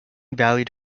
valued